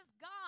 God